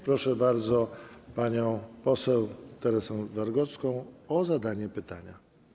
Proszę bardzo panią poseł Teresę Wargocką o zadanie pytania.